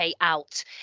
out